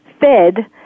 fed